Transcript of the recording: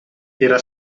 era